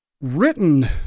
Written